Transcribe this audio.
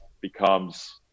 becomes